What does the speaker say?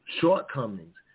shortcomings